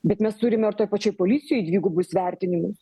bet mes turime ir toj pačioj policijoj dvigubus vertinimus